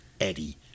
Eddie